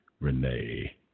Renee